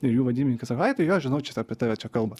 ir jų vadybininkas sako ai tai jo žinau čia apie tave čia kalba